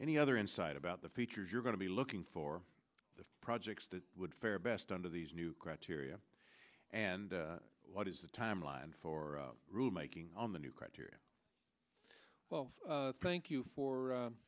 any other insight about the features you're going to be looking for the projects that would fare best under these new criteria and what is the timeline for rule making on the new criteria twelve thank you for